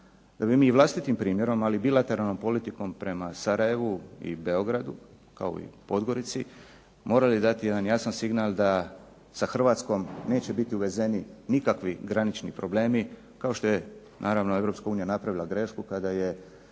Da bi mi naši vlastitim primjerom, ali bilateralnom politikom prema Sarajevu i Beogradu, kao i Podgorici morali dati jedan jasan signal da sa Hrvatskom neće biti uvezeni nikakvi granični problemi kao što je naravno Europska unija napravila grešku kada je